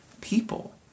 people